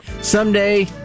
someday